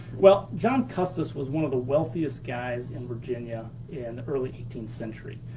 well, john custis was one of the wealthiest guys in virginia in the early eighteenth century.